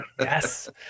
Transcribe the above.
Yes